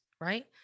right